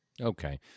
Okay